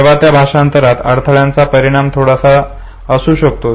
जेव्हा त्या भाषांतरात अडथळ्यांचा परिणाम थोडासा असू शकतो